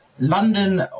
London